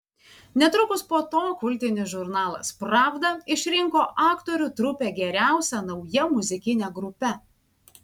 netrukus po to kultinis žurnalas pravda išrinko aktorių trupę geriausia nauja muzikine grupe